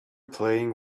playing